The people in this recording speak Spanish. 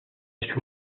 sus